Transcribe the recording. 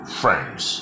friends